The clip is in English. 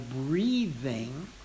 breathing